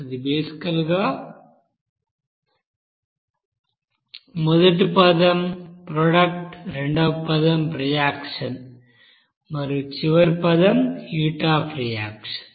ఇది బేసికల్ గా qHpHR HR మొదటి పదం ప్రోడక్ట్ రెండవ పదం రియాక్షన్ మరియు చివరి పదం హీట్ అఫ్ రియాక్షన్